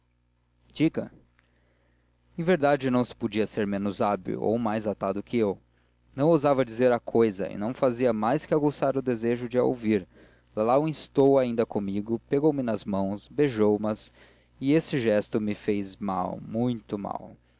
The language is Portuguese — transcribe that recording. diga em verdade não se podia ser menos hábil ou mais atado que eu não ousava dizer a cousa e não fazia mais que aguçar o desejo de a ouvir lalau instou ainda comigo pegou-me nas mãos beijou mas e esse gesto faz-me mal muito mal